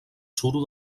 suro